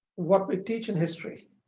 what we teach in history